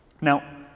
now